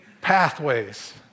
pathways